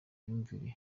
myumvire